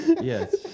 Yes